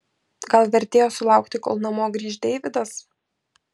gal vertėjo sulaukti kol namo grįš deividas